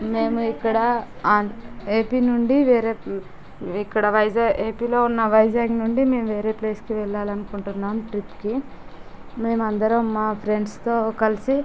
మేము ఇక్కడ ఆం ఏపీ నుండి వేరే ఇక్కడ వైజా ఏపీలో ఉన్న వైజాగ్ నుండి మేము వేరే ప్లేసుకి వెళ్ళాలనుకుంటున్నాము ట్రిప్కి మేము అందరం మా ఫ్రెండ్స్తో కలిసి